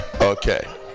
Okay